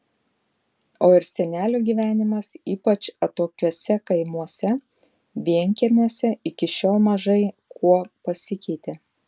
o ir senelių gyvenimas ypač atokiuose kaimuose vienkiemiuose iki šiol mažai kuo pasikeitė